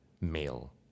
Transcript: male